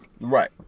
Right